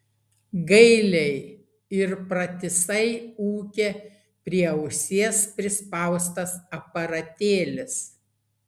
gailiai ir pratisai ūkia prie ausies prispaustas aparatėlis